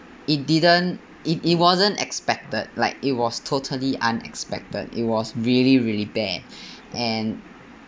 it didn't it it wasn't expected like it was totally unexpected it was really really bad and